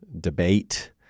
debate